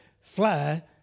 fly